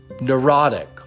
neurotic